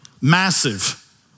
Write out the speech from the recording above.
massive